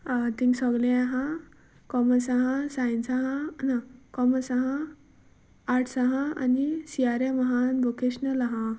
आं थंय सगलें आसा कॉमर्स आसा सायन्स आसा ना कॉमर्स आसा आर्ट्स आसा आनी सी आर एम आसा आनी वॉकेशनल आसा